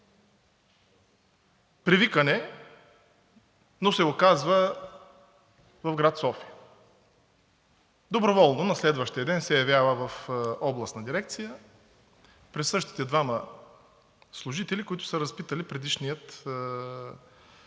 Привикан е, но се оказва в град София. Доброволно на следващия ден се явява в Областната дирекция при същите двама служители, които са разпитали предишния колега,